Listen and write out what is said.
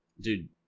Dude